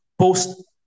post